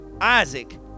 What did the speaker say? Isaac